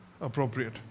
appropriate